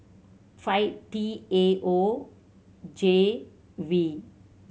five T A O J V